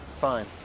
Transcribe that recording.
fine